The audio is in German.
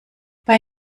bei